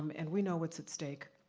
um and we know what's at stake,